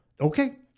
Okay